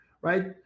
right